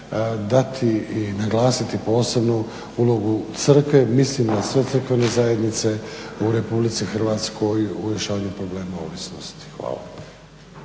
dati i naglasiti posebnu ulogu crkve, mislim na sve crkvene zajednice u RH u rješavanju problema ovisnosti. Hvala.